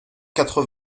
quatre